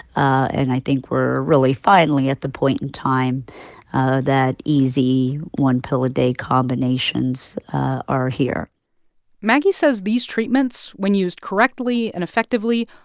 and i think we're really, finally, at the point in time that easy one-pill-a-day combinations are here maggie says these treatments, when used correctly and effectively,